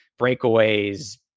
breakaways